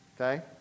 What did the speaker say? okay